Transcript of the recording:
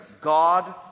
God